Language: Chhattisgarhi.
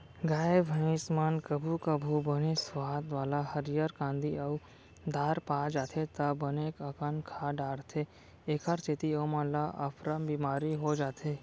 गाय भईंस मन कभू कभू बने सुवाद वाला हरियर कांदी अउ दार पा जाथें त बने अकन खा डारथें एकर सेती ओमन ल अफरा बिमारी हो जाथे